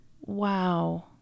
Wow